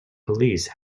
police